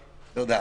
תודה.